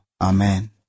Amen